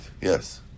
yes